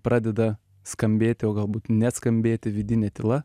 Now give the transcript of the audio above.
pradeda skambėti o galbūt neskambėti vidinė tyla